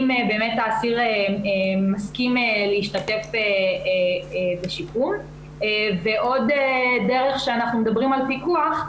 אם באמת האסיר מסכים להשתתף בשיקום ועוד דרך שאנחנו מדברים על פיקוח,